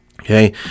Okay